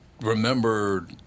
remember